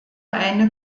eine